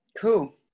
Cool